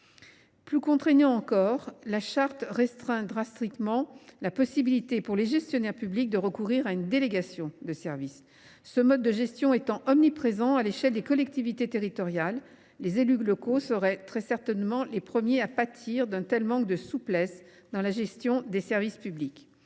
plus contraignante encore, la charte restreint drastiquement la possibilité pour les gestionnaires publics de recourir à une délégation de service. Ce mode de gestion étant omniprésent à l’échelle des collectivités territoriales, les élus locaux seraient très certainement les premiers à pâtir d’un tel manque de souplesse dans la gestion des services publics.